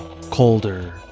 colder